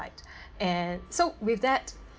right and so with that